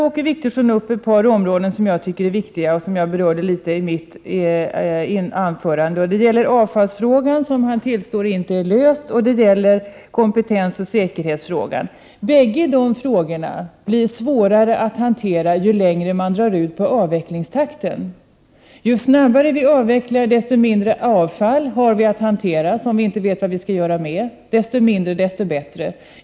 Åke Wictorsson tar upp ett par områden, som jag tycker är viktiga och som jag berörde något i mitt anförande. Det gäller avfallsfrågan, som han tillstår inte är löst, och kompetensoch säkerhetsfrågan. Båda dessa frågor blir svårare att hantera ju längre man drar ut på avvecklingen. Ju snabbare vi avvecklar desto mindre avfall har vi att hantera, avfall som vi inte vet vad vi skall göra med. Ju mindre, desto bättre.